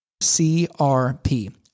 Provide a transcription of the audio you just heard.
C-R-P